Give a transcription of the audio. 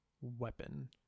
weapon